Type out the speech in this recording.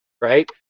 Right